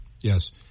yes